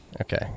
Okay